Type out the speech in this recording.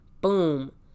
boom